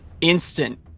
Instant